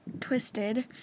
twisted